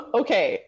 okay